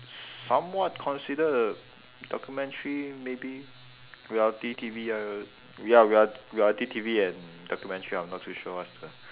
somewhat considered a documentary maybe reality T_V ya real~ reality T_V and documentary I'm not too sure what's the